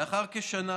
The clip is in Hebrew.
לאחר כשנה